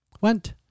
went